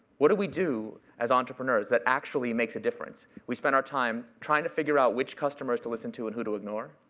what do we do as entrepreneurs that actually makes a difference? we spend our time trying to figure out which customers to listen to and who to ignore,